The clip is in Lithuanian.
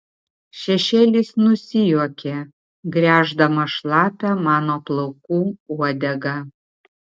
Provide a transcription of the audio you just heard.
šešėlis nusijuokė gręždamas šlapią mano plaukų uodegą